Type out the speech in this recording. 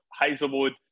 Hazelwood